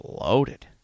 loaded